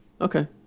Okay